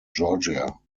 georgia